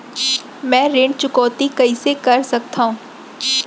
मैं ऋण चुकौती कइसे कर सकथव?